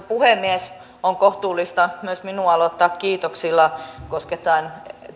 puhemies on kohtuullista myös minun aloittaa kiitoksilla koskettaen